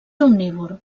omnívor